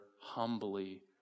humbly